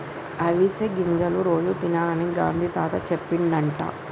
అవిసె గింజలు రోజు తినాలని గాంధీ తాత చెప్పిండట